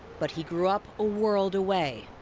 but he grew up a world away,